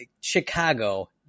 Chicago